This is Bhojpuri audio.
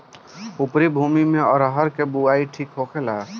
उपरी भूमी में अरहर के बुआई ठीक होखेला?